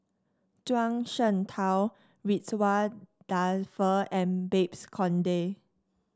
Zhuang Shengtao Ridzwan Dzafir and Babes Conde